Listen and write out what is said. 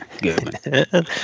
Good